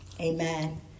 Amen